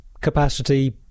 capacity